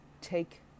Take